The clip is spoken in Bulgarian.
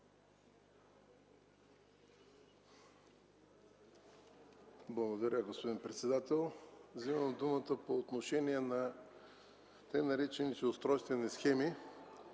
Благодаря, господин председател. Взимам думата по отношение на така наречените устройствени схеми